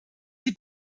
sie